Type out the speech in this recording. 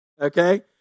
okay